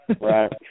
Right